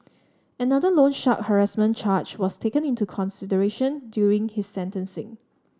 another loan shark harassment charge was taken into consideration during his sentencing